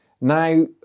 now